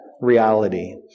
reality